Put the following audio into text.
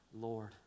Lord